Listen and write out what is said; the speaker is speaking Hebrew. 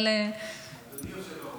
דליפות נפט במפרץ אילת, של חבר